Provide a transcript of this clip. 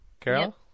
Carol